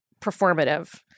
performative